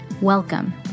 Welcome